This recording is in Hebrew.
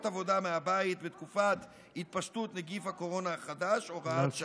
עבודה מהבית בתקופת התפשטות נגיף הקורונה החדש) (הוראת שעה).